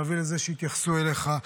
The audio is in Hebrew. להביא לזה שיתייחסו אליך.